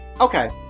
okay